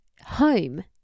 home